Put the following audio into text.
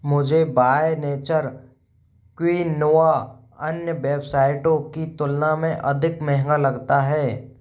मुझे by nature quinoa अन्य वेबसाइटों की तुलना में अधिक महंगा लगता है